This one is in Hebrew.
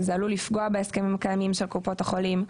זה עלול לפגוע בהסכמים הקיימים של קופות החולים.